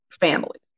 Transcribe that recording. family